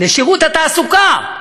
לשירות התעסוקה.